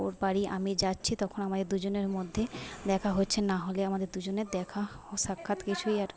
ওর বাড়ি আমি যাচ্ছি তখন আমাদের দুজনের মধ্যে দেখা হচ্ছে নাহলে আমাদের দুজনের দেখা ও সাক্ষাৎ কিছুই আর